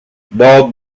bob